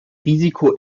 risiko